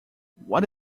what